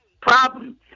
problem